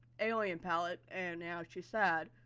alien palette and now she's sad.